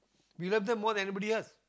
we love them more than everybody else